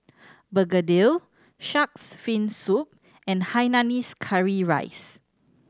begedil Shark's Fin Soup and Hainanese curry rice